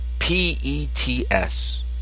P-E-T-S